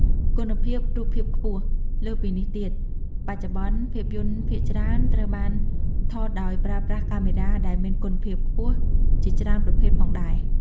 គុណភាពរូបភាពខ្ពស់ លើសពីនេះទៀត បច្ចុប្បន្នភាពយន្តភាគច្រើនត្រូវបានថតដោយប្រើប្រាស់កាមេរ៉ាដែលមានគុណភាពខ្ពស់ជាច្រើនប្រភេទផងដែរ ។